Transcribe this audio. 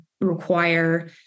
require